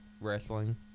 wrestling